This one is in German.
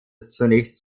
zunächst